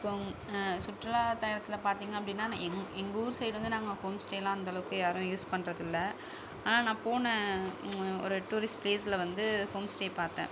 இப்போ சுற்றுலாத்தலத்தில் பார்த்தீங்க அப்படின்னா எங் எங்கள் ஊர் சைடு வந்து நாங்கள் ஹோம் ஸ்டேல்லாம் அந்தளவுக்கு யாரும் யூஸ் பண்ணுறதில்ல ஆனால் நான் போன ஒரு டூரிஸ்ட் ப்ளேஸில் வந்து ஹோம் ஸ்டே பார்த்தேன்